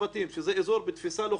שזה אזור בתפיסה לוחמתית,